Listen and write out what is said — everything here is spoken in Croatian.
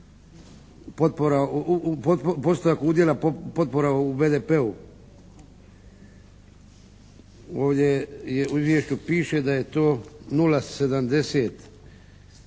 postotak udjela potpora u BDP-u. Ovdje u izvješću piše da je to nula